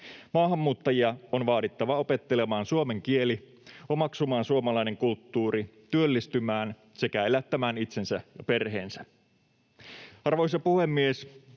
Maahanmuuttajia on vaadittava opettelemaan suomen kieli, omaksumaan suomalainen kulttuuri, työllistymään sekä elättämään itsensä ja perheensä. Arvoisa puhemies!